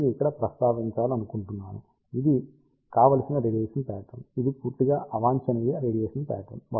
నేను ఇక్కడ ప్రస్తావించాలనుకుంటున్నాను ఇది కావలసిన రేడియేషన్ ప్యాట్రన్ ఇది పూర్తిగా అవాంఛనీయ రేడియేషన్ ప్యాట్రన్